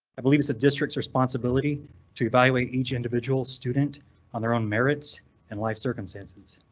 i believe it's a district's responsibility to evaluate each individual student on their own merits and life circumstances.